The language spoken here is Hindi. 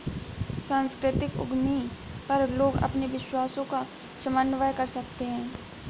सांस्कृतिक उद्यमी पर लोग अपने विश्वासों का समन्वय कर सकते है